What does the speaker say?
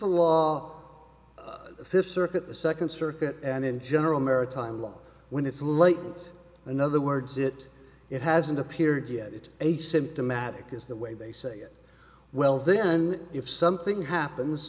a law the fifth circuit the second circuit and in general maritime law when it's late in other words it it hasn't appeared yet it's a symptomatic is the way they say it well then if something happens